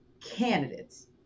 candidates